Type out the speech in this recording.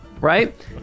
Right